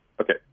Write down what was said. Okay